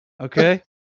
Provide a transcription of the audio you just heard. Okay